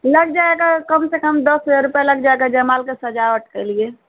लग जाएगा कम से कम दस हज़ार रुपये लग जाएगा जयमाल की सजावट के लिए